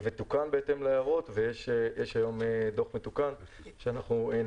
תוקן בהתאם להערות והיום יש דוח מתוקן שנעביר,